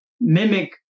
mimic